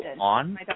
on